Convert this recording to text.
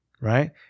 right